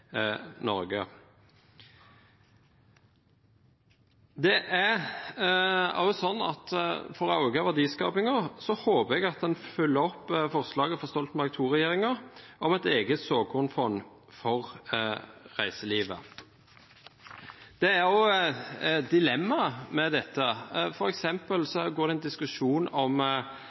Norge. For å øke verdiskapingen håper jeg at en følger opp forslaget fra Stoltenberg II-regjeringen om et eget såkornfond for reiselivet. Det er også et dilemma med dette,